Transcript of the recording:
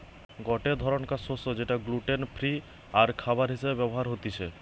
গটে ধরণকার শস্য যেটা গ্লুটেন ফ্রি আরখাবার হিসেবে ব্যবহার হতিছে